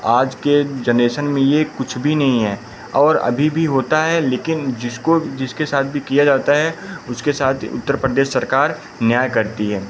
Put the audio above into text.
आज के जनरेशन में यह कुछ भी नहीं है और अभी भी होता है लेकिन जिसको जिसके साथ भी किया जाता है उसके साथ उत्तर प्रदेश सरकार न्याय करती है